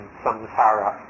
samsara